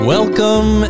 Welcome